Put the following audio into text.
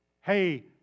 hey